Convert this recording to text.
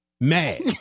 mad